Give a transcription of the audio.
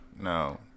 No